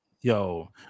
Yo